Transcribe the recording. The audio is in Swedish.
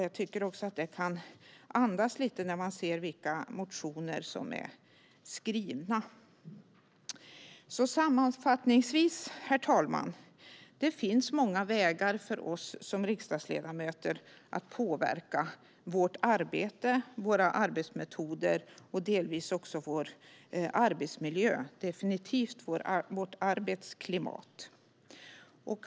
Jag tycker att de motioner som har skrivits andas detta. Sammanfattningsvis, herr talman, finns det många vägar för oss riksdagsledamöter att påverka vårt arbete, våra arbetsmetoder och delvis också vår arbetsmiljö och definitivt vårt arbetsklimat.